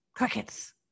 crickets